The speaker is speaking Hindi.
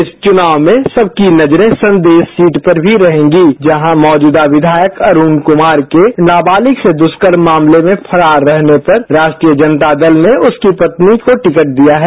इस चुनाव में सबकी नजरे संदेश सीट पर भी रहेंगी जहां मौजूदा विधायक अरुण कुमार के नाबालिग से दुष्कर्म मामले में फरार रहने पर राष्ट्रीय जनता दल ने उसकी पत्नी को टिकट दिया है